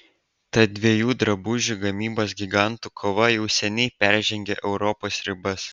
tad dviejų drabužių gamybos gigantų kova jau seniai peržengė europos ribas